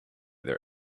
their